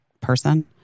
person